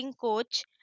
coach